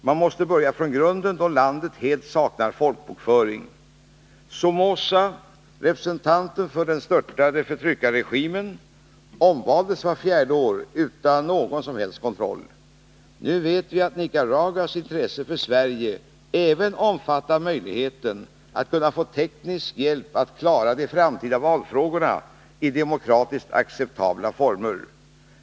Man måste dock börja från grunden, då landet helt saknar folkbokföring. Somoza - representanten för den störtade förtryckarregimen — omvaldes vart fjärde år utan någon som helst kontroll. Nu vet vi att Nicaraguas intresse för Sverige även omfattar möjlighet att få teknisk hjälp att klara de framtida valfrågorna i demokratiskt acceptabla former.